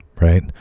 right